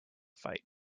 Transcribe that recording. fight